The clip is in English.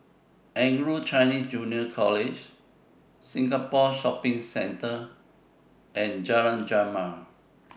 Anglo Chinese Junior College Singapore Shopping Centre and Jalan Jamal